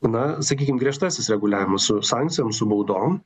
na sakykim griežtasis reguliavimas su sankcijomis su baudom